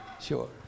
Sure